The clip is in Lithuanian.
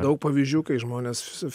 daug pavyzdžių kai žmonės